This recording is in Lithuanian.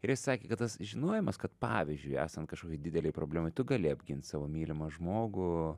ir jis sakė kad tas žinojimas kad pavyzdžiui esant kažkokiai didelei problemai tu gali apgint savo mylimą žmogų